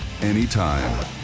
anytime